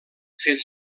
fent